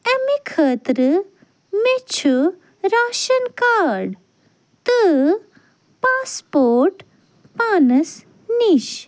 أمہِ خٲطرٕ مےٚ چھُ راشَن کارڈ تہٕ پاس پورٹ پانَس نِش